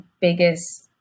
biggest